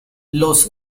los